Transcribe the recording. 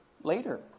later